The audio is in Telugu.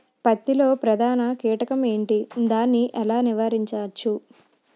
పత్తి లో ప్రధాన కీటకం ఎంటి? దాని ఎలా నీవారించచ్చు?